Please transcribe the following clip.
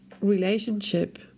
relationship